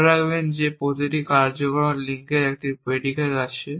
মনে রাখবেন যে প্রতিটি কার্যকারণ লিঙ্কের একটি প্রেডিকেট রয়েছে